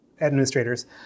administrators